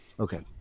Okay